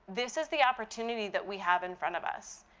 this is the opportunity that we have in front of us.